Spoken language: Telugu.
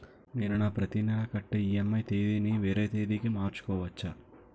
నేను నా ప్రతి నెల కట్టే ఈ.ఎం.ఐ ఈ.ఎం.ఐ తేదీ ని వేరే తేదీ కి మార్చుకోవచ్చా?